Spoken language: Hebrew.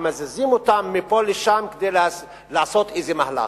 מזיזים אותם מפה לשם כדי לעשות איזה מהלך.